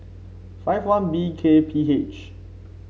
five one B K P H